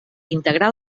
integrar